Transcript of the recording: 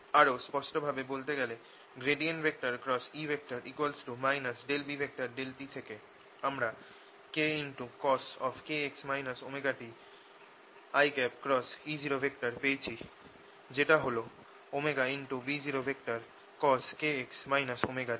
আরও স্পষ্টভাবে বলতে গেলে E B∂t থেকে আমরা kcos kx ωt iE0 পেয়েছি যেটা হল B0cos kx ωt